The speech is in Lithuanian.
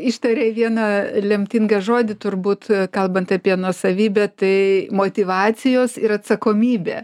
ištarei vieną lemtingą žodį turbūt kalbant apie nuosavybę tai motyvacijos ir atsakomybė